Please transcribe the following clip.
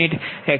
10 છે